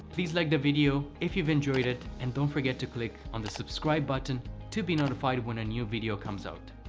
please like the video if you've enjoyed it and don't forget to click on the subscribe button to be notified when a new video comes out.